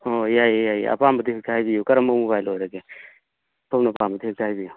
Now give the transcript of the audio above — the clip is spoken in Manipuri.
ꯍꯣꯏ ꯌꯥꯏꯌꯦ ꯌꯥꯏꯌꯦ ꯑꯄꯥꯝꯕꯗꯨ ꯍꯦꯛꯇ ꯍꯥꯏꯕꯤꯎ ꯀꯔꯝꯕ ꯃꯣꯕꯥꯏꯜ ꯑꯣꯏꯔꯒꯦ ꯁꯣꯝꯅ ꯄꯥꯝꯃꯤꯗꯨ ꯍꯦꯛꯇ ꯍꯥꯏꯕꯤꯌꯨ